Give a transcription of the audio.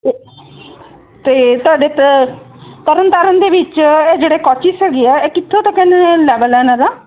ਅ ਅਤੇ ਤੁਹਾਡੇ ਤ ਤਰਨ ਤਾਰਨ ਦੇ ਵਿੱਚ ਜਿਹੜੇ ਕੋਚਿਸ ਹੈਗੇ ਆ ਇਹ ਕਿੱਥੋਂ ਤੋਂ ਕਹਿੰਦੇ ਨੇ ਲੈਵਲ ਆ ਇਹਨਾਂ ਦਾ